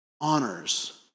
honors